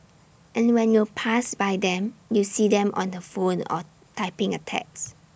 and when you pass by them you see them on the phone or typing A text